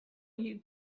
you